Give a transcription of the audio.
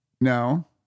no